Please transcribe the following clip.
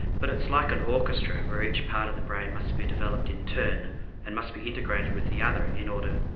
but it's like an orchestra where each part of the brain must be developed in turn and must be integrated with the other in order,